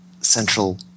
central